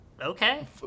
Okay